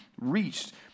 reached